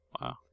Wow